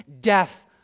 death